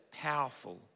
powerful